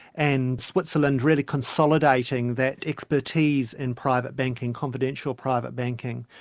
and switzerland really consolidating that expertise in private banking, confidential private banking.